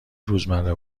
روزمره